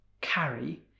carry